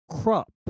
crop